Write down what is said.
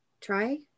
try